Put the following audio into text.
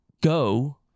go